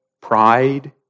pride